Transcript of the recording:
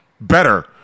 better